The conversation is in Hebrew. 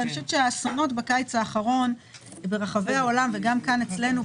אני חושבת שהאסונות בקיץ האחרון ברחבי העולם וגם כאן אצלנו,